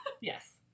Yes